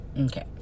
okay